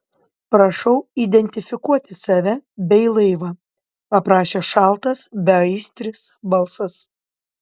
prašau identifikuoti save bei laivą paprašė šaltas beaistris balsas